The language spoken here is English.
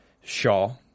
Shaw